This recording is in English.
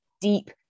deep